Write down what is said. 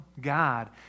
God